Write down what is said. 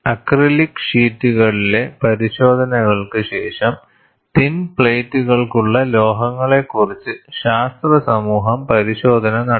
acrylic ഷീറ്റുകളിലെ പരിശോധനകൾക്ക് ശേഷം തിൻ പ്ലേറ്റുകൾക്കുള്ള ലോഹങ്ങളെക്കുറിച്ച് ശാസ്ത്ര സമൂഹം പരിശോധന നടത്തി